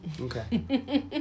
Okay